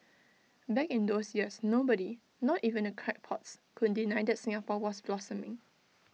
back in those years nobody not even the crackpots could deny that Singapore was blossoming